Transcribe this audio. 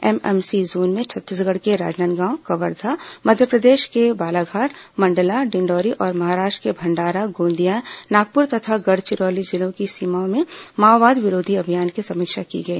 MMC zone में छत्तीसगढ़ के राजनांदगांव कवर्धा मध्यप्रदेश के बालाघाट मंडला डिंडौरी और महाराष्ट्र के भंडारा गोंदिया नागपुर तथा गढ़चिरौली जिलों की सीमाओं में माओवाद विरोधी अभियान की समीक्षा की गई